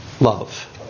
love